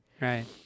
right